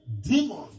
demons